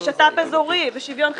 ושת"פ אזורי, ושוויון אזרחי,